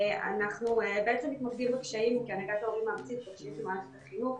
אנחנו כהנהגת ההורים הארצית מתמקדים בקשיים של מערכת החינוך.